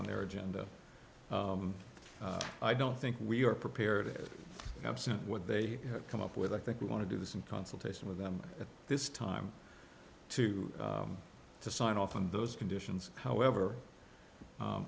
on their agenda i don't think we're prepared absent what they come up with i think we want to do this in consultation with them at this time to to sign off on those conditions however